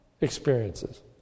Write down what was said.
experiences